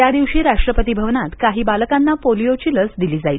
त्यादिवशी राष्ट्रपती भवनात काही बालकांना पोलिओची लस दिली जाईल